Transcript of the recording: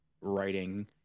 writing